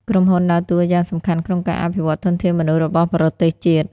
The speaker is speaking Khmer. ក្រុមហ៊ុនដើរតួយ៉ាងសំខាន់ក្នុងការអភិវឌ្ឍធនធានមនុស្សរបស់ប្រទេសជាតិ។